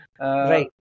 Right